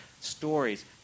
stories